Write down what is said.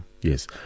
Yes